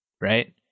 right